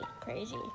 crazy